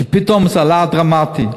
שפתאום זה עלה דרמטית,